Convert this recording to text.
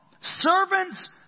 Servants